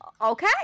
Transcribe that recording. Okay